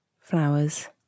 flowers